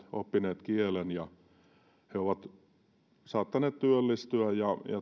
oppineet kielen ja he ovat saattaneet työllistyä